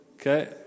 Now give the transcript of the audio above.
Okay